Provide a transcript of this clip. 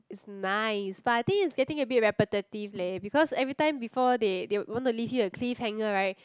it's nice but I think it's getting a bit repetitive leh because every time before they they want to leave you a cliff hanger right